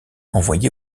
envoyé